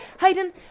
Hayden